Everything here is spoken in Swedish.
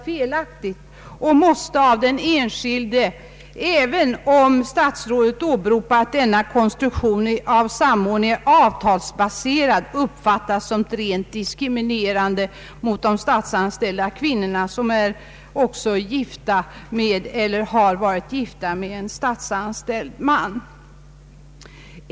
Detta måste — även om statsrådet har åberopat att den konstruktionen av samordningen är avtalsbaserad — upp fattas som rent diskriminerande mot de statsanställda änkor som varit gifta med en statsanställd man.